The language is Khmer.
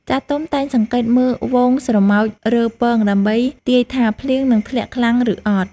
ចាស់ទុំតែងសង្កេតមើលហ្វូងស្រមោចរើពងដើម្បីទាយថាភ្លៀងនឹងធ្លាក់ខ្លាំងឬអត់។